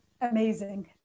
amazing